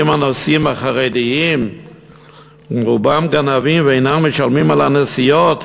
אם הנוסעים החרדים הם רובם גנבים ואינם משלמים על הנסיעות,